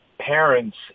parents